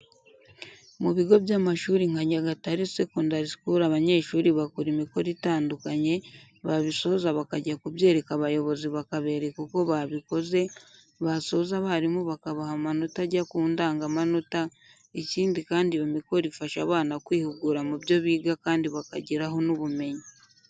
Mu bigo by'amashuri nka Nyagatare secondary school abanyeshuri bakora imikoro itandukanye babisoza bakajya kubyereka abayobozi bakabereka uko babikoze, basoza abarimu bakabaha amanota ajya kundangamanota ikindi Kandi iyo mikoro ifasha abana kwihugura mu byo biga kandi bakagiraho n'ubumenyi.